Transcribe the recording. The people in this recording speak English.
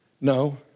No